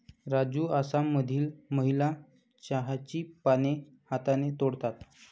राजू आसाममधील महिला चहाची पाने हाताने तोडतात